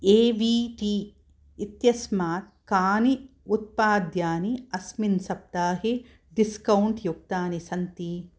ए V T इत्यस्माात् कानि उत्पाद्यानि अस्मिन् सप्ताहे डिस्कौण्ट् युक्तानि सन्ति